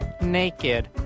naked